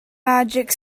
magic